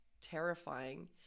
terrifying